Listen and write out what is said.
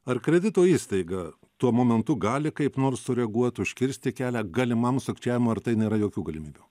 ar kredito įstaiga tuo momentu gali kaip nors sureaguot užkirsti kelią galimam sukčiavimui ar tai nėra jokių galimybių